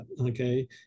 okay